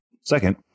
second